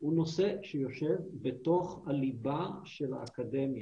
הוא נושא שיושב בתוך הליבה של האקדמיה,